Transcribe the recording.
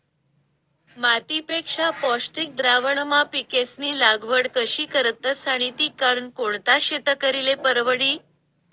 मातीपेक्षा पौष्टिक द्रावणमा पिकेस्नी लागवड कशी करतस आणि ती करनं कोणता शेतकरीले परवडी?